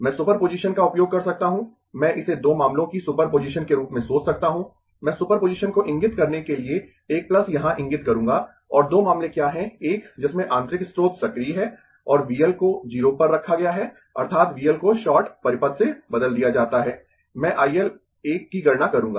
मैं superposition का उपयोग कर सकता हूं मैं इसे दो मामलों की सुपर पोजीशन के रूप में सोच सकता हूं मैं सुपर पोजीशन को इंगित करने के लिए एक यहां इंगित करूंगा और दो मामले क्या है एक जिसमें आंतरिक स्रोत सक्रिय है और V L को 0 पर रखा गया है अर्थात् V L को शॉर्ट परिपथ से बदल दिया जाता है मैं I L 1 की गणना करूंगा